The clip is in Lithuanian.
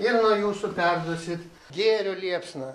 ir nuo jūsų perduosit gėrio liepsną